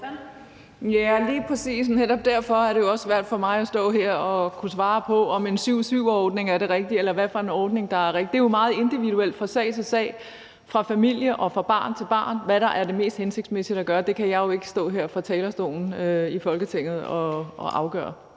er lige præcis netop derfor, at det er svært for mig at stå her og svare på, om en 7-7-ordning er den rigtige, eller hvilken ordning der er den rigtige. Det er jo meget individuelt fra sag til sag, fra familie til famile og fra barn til barn, hvad der er det mest hensigtsmæssige at gøre. Det kan jeg jo ikke stå her fra talerstolen i Folketinget og afgøre.